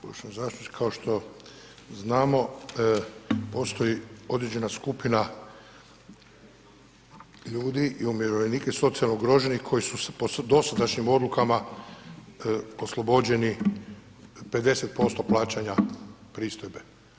Poštovani zastupniče, kao što znamo postoji određena skupina ljudi umirovljenika i socijalno ugroženih koji su po dosadašnjim odlukama oslobođeni 50% plaćanja pristojbe.